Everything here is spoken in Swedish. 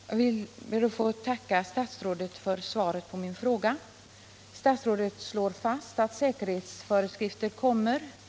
Herr talman! Jag ber att få tacka statsrådet för svaret på min fråga. Statsrådet slår fast att säkerhetsföreskrifter kommer att utfärdas.